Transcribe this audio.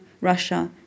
Russia